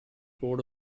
board